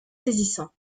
saisissant